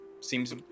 seems